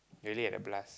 really had a blast